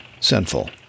sinful